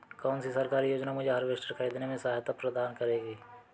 कौन सी सरकारी योजना मुझे हार्वेस्टर ख़रीदने में सहायता प्रदान करेगी?